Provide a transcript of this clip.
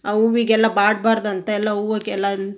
ಆ ಹೂವಿಗೆಲ್ಲ ಬಾಡಬಾರ್ದ್ ಅಂತ ಎಲ್ಲ ಹೂವಿಗೆಲ್ಲ